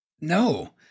No